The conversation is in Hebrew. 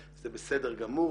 זה בסדר גמור,